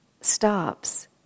stops